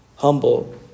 humble